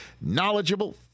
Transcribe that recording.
knowledgeable